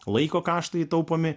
laiko kaštai taupomi